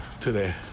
today